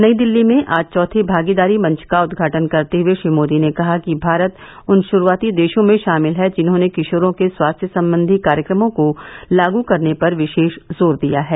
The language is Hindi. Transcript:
नई दिल्ली में आज चौथे भागीदारी मंच का उदघाटन करते हुए श्री मोदी ने कहा कि भारत उन शुरूआती देशों में शामिल है जिन्होंने किशोरों के स्वास्थ्य संबंधी कार्यक्रमों को लागू करने पर विशेष जोर दिया है